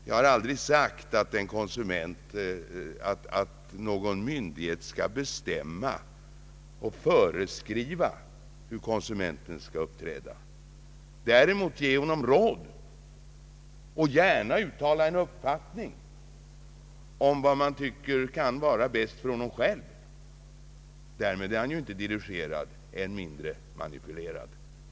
Jag har aldrig sagt att någon myndighet skall bestämma och föreskriva hur konsumenten skall uppträda, däremot ge honom råd och gärna uttala en uppfattning om vad man tycker kan vara bäst för honom själv. Därmed är han ju inte dirigerad, än mindre manipulerad.